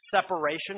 separation